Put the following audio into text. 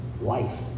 life